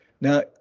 Now